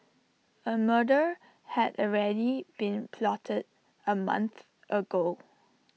A murder had already been plotted A month ago